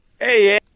Hey